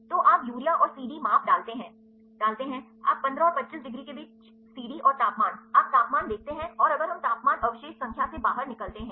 तो आप यूरिया और सीडी माप डालते हैंडालते हैं आप 15 और 25 डिग्री के बीच सीडी और तापमान आप तापमान देखते हैं और अगर हम तापमान अवशेष संख्या से बाहर निकलते हैं